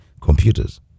computers